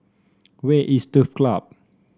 where is Turf Club